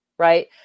Right